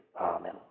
Amen